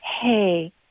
Hey